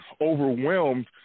overwhelmed